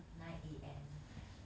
nine A_M